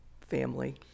family